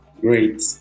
Great